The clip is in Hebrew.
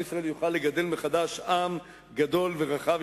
כדי שעם ישראל יוכל לגדל מחדש עם גדול ורחב,